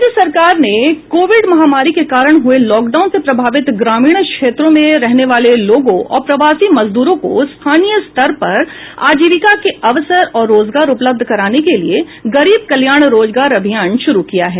केन्द्र सरकार ने कोविड महामारी के कारण हुए लॉकडाउन से प्रभावित ग्रामीण क्षेत्रों में रहने वाले लोगों और प्रवासी मजदूरों को स्थानीय स्तर पर आजीविका के अवसर और रोजगार उपलब्ध कराने के लिए गरीब कल्याण रोजगार अभियान शुरू किया है